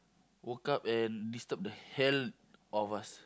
woke up and disturb the hell of us